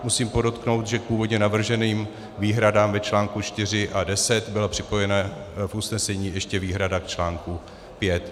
Musím podotknout, že k původně navrženým výhradám ve článku 4 a 10 byla připojena v usnesení ještě výhrada k článku 5.